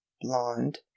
blonde